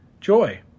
joy